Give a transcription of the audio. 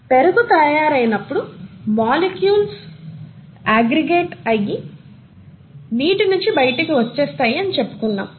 పెరుగు తయారైనప్పుడు మాలిక్యూల్స్ అగ్గరిగాతే అయ్యి నీటి నించి బైటికి వచ్చేస్తాయి అని చెప్పుకున్నాము